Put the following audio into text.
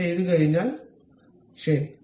അത് ചെയ്തുകഴിഞ്ഞാൽ ശരി